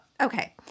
Okay